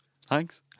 thanks